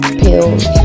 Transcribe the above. pills